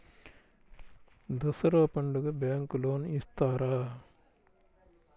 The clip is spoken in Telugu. దసరా పండుగ బ్యాంకు లోన్ ఇస్తారా?